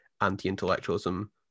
anti-intellectualism